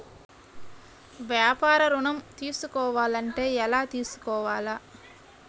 వ్యాపార ఋణం తీసుకోవాలంటే ఎలా తీసుకోవాలా?